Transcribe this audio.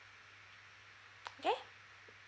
okay